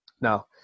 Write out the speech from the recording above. Now